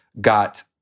got